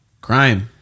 Crime